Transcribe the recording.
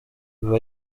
ibi